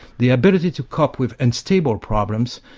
the ability to cope with unstable problems,